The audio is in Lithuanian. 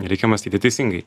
reikia mąstyti teisingai